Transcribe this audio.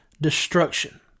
destruction